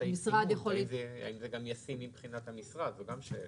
השאלה גם האם זה ישים מבחינת המשרד, זו גם שאלה.